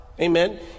amen